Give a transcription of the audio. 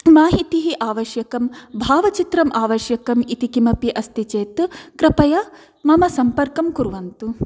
माहितिः आवश्यकं भावचित्रं आवश्यकम् इति किमपि अस्ति चेत् कृपया मम सम्पर्कं कुर्वन्तु